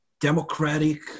democratic